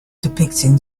depicting